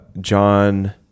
John